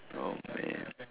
oh man